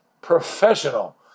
professional